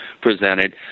presented